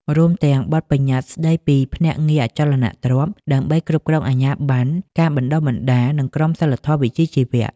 រួមទាំងបទប្បញ្ញត្តិស្តីពីភ្នាក់ងារអចលនទ្រព្យ ដើម្បីគ្រប់គ្រងអាជ្ញាបណ្ណ ការបណ្តុះបណ្តាល និងក្រមសីលធម៌វិជ្ជាជីវៈ។